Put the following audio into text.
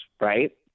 right